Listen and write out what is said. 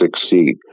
succeed